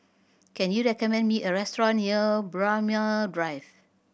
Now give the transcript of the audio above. can you recommend me a restaurant near Braemar Drive